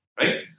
right